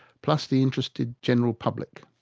plus the interested general public.